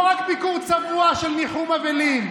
לא רק ביקור צבוע של ניחום אבלים,